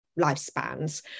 lifespans